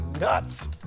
nuts